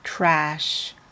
trash